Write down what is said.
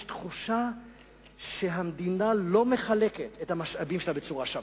יש תחושה שהמדינה לא מחלקת את המשאבים שלה בצורה שווה.